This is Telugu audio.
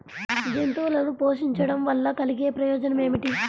జంతువులను పోషించడం వల్ల కలిగే ప్రయోజనం ఏమిటీ?